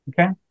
Okay